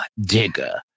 digger